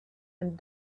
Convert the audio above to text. and